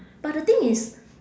but the thing is